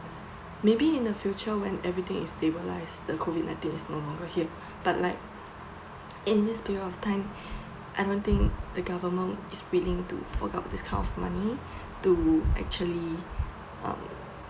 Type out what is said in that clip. maybe in the future when everything is stabilised the COVID nineteen is no longer here but like in this period of time I don't think the government is willing to fork out this kind of money to actually um